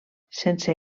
sense